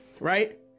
Right